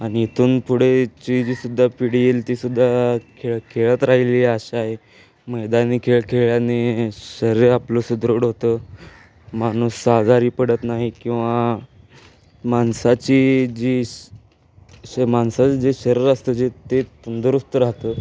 आणि इथून पुढची जी सुद्धा पिढी येईल तीसुद्धा खेळ खेळत राहील ही आशा आहे मैदानी खेळ खेळल्याने शरीर आपलं सुदृढ होतं माणूस आजारी पडत नाही किंवा माणसाची जी माणसाचं जे शरीर असतं जे ते तंदुरुस्त राहतं